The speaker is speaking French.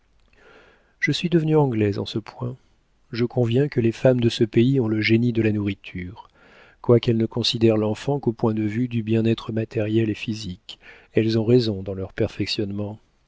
je suis devenue anglaise en ce point je conviens que les femmes de ce pays ont le génie de la nourriture quoiqu'elles ne considèrent l'enfant qu'au point de vue du bien-être matériel et physique elles ont raison dans leurs perfectionnements